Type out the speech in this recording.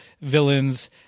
villains